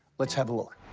let's have a look.